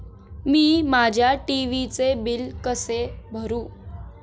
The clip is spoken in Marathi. मी माझ्या टी.व्ही चे बिल कसे भरू?